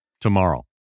tomorrow